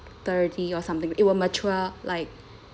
thirty or something it will mature like